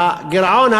והגירעון,